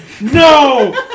No